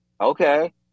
okay